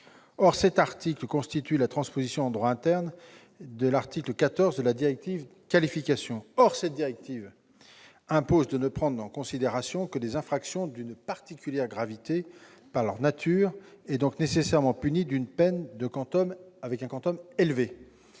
Or cet article constitue la transposition en droit interne de l'article 14 de la directive Qualification, lequel impose de ne prendre en considération que des infractions d'une particulière gravité par leur nature et donc nécessairement punies d'une peine d'un quantum élevé.